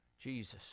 Jesus